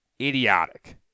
idiotic